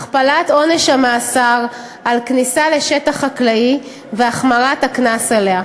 הכפלת עונש המאסר על כניסה לשטח חקלאי והחמרת הקנס עליה.